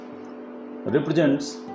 represents